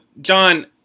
John